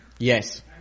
Yes